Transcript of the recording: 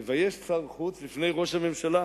מבייש את שר החוץ בפני ראש הממשלה,